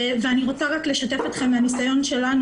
ואני רק רוצה לשתף אתכם מהניסיון שלנו